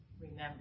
Remember